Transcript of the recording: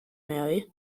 mary